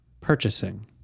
purchasing